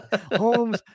Holmes